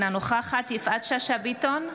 אינה נוכחת יפעת שאשא ביטון,